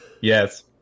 Yes